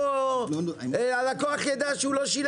אחר, שזה 400 שקל מקסימום.